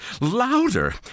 louder